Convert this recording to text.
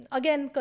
again